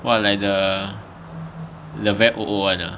what like the levante oo [one] ah